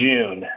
June